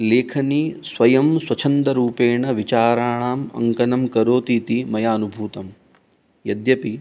लेखनी स्वयं स्वछन्दरूपेण विचाराणाम् अङ्कनं करोति इति मया अनुभूतं यद्यपि